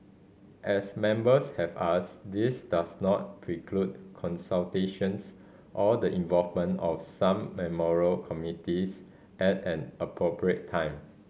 as Members have asked this does not preclude consultations or the involvement of some memorial committees at an appropriate time